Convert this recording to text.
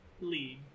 League